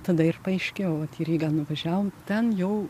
tada ir paaiškėjo vat į rygą nuvažiavom ten jau